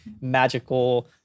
magical